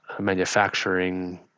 manufacturing